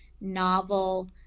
novel